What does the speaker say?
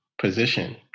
position